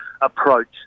approach